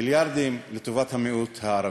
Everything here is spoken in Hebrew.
מיליארדים לטובת המיעוט הערבי.